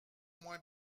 moins